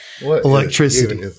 Electricity